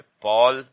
Paul